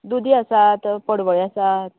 दुदी आसात पडवळें आसात